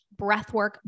breathwork